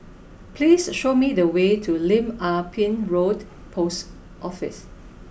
please show me the way to Lim Ah Pin Road Post Office